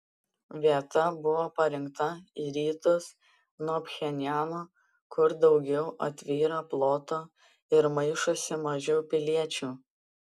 vieta buvo parinkta į rytus nuo pchenjano kur daugiau atviro ploto ir maišosi mažiau piliečių